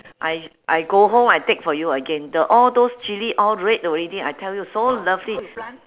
I I go home I take for you again the all those chilli all red already I tell you so lovely